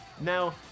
Now